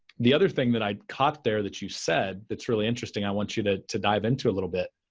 the other thing that i caught there that you said that's really interesting i want you to to dive into a little bit,